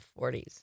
40s